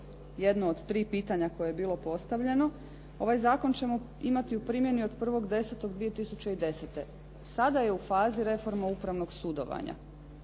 jedno od tri pitanja koje je bilo postavljeno. Ovaj zakon ćemo imati u primjeni od 1.10.2010. Sada je u fazi reforma upravnog sudovanja.